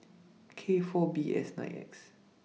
K four B S nine X